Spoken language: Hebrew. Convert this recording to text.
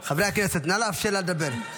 חברי הכנסת, נא לאפשר לה לדבר.